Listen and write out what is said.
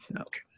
Okay